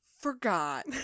forgot